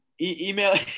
Email